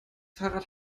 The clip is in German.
fahrrad